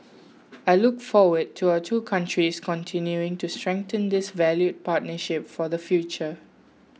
I look forward to our two countries continuing to strengthen this valued partnership for the future